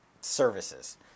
services